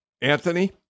Anthony